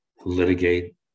litigate